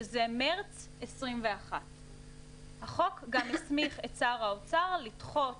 היינו מרץ 2021. החוק גם הסמיך את שר האוצר לדחות